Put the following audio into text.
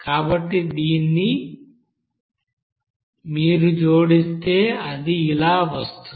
కాబట్టి మీరు దీన్ని జోడిస్తే అది ఇలా వస్తుంది